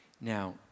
Now